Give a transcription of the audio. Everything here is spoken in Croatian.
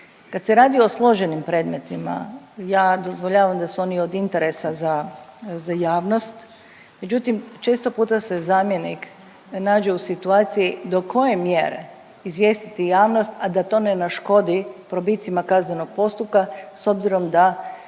Kad se radi o složenim predmetima, ja dozvoljavam da su oni od interesa za javnost, međutim, često puta se zamjenik nađe u situaciji do koje mjere izvijestiti javnost, a da to ne naškodi probicima kaznenog postupka s obzirom da